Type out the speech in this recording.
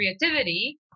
creativity